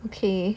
okay